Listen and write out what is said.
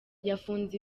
yafunze